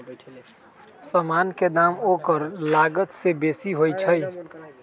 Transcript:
समान के दाम ओकर लागत से बेशी होइ छइ